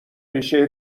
ریشه